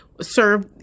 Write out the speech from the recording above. serve